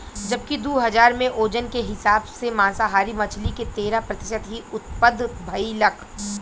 जबकि दू हज़ार में ओजन के हिसाब से मांसाहारी मछली के तेरह प्रतिशत ही उत्तपद भईलख